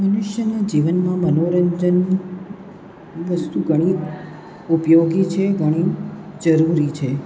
મનુષ્યના જીવનમાં મનોરંજન વસ્તુ ઘણી ઉપયોગી છે ઘણી જરૂરી છે